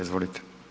Izvolite.